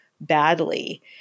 badly